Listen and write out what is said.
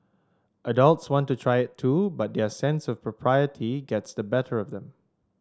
adults want to try it too but their sense of propriety gets the better of them